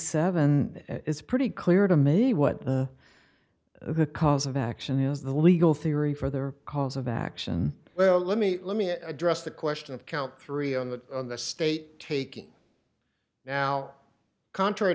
seven it is pretty clear to me what the cause of action is the legal theory for their cause of action well let me let me address the question of count three and that the state taking now contrary